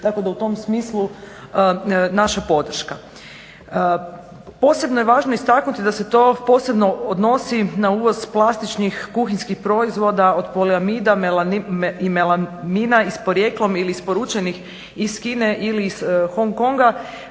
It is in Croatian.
tako da u tom smislu naša podrška. Posebno je važno istaknuti da se to posebno odnosi na uvoz plastičnih kuhinjskih proizvoda od poliamida i melamina ili iz porijeklom ili isporučenih iz Kine ili iz Hong Konga